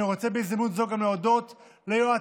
אני רוצה בהזדמנות זו גם להודות ליועציי,